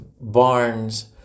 barns